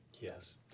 Yes